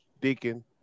Deacon